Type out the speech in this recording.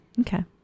Okay